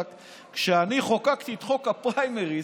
כשאני חוקקתי את חוק הפריימריז,